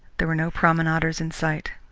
there were no promenaders in sight.